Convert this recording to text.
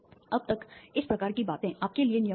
अब तक इस प्रकार की बातें आपके लिए नियमित हैं